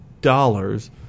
dollars